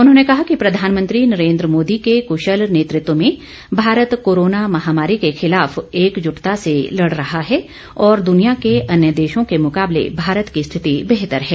उन्होंने कहा कि प्रधानमंत्री नरेंद्र मोदी के कृशल नेतृत्व में भारत कोरोना महामारी के खिलाफ एकजुटता से लड़ रहा है और द्निया के अन्य देशों के मुकाबले भारत की स्थिति बेहतर है